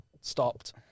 stopped